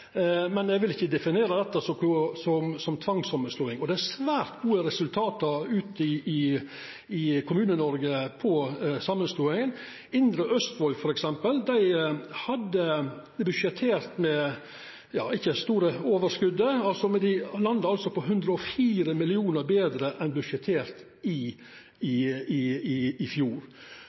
Men eg vil ikkje definera dette som tvangssamanslåing. Det er svært gode resultat ute i Kommune-Noreg etter samanslåing. Indre Østfold, f.eks., hadde budsjettert med ikkje store overskotet, men landa på 104 mill. kr betre enn budsjettert i